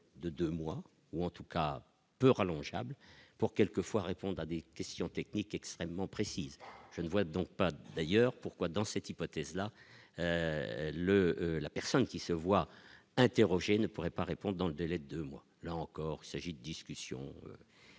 de 2 mois ou en tout cas peu rallonge pour quelques fois répondent à des questions techniques extrêmement précises, je ne vois donc pas d'ailleurs pourquoi, dans cette hypothèse-là le la personne qui se voit interrogé ne pourrait pas répondent dans le délai de moi là encore il s'agit, discussions qui peuvent